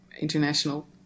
International